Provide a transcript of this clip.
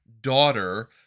daughter